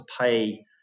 pay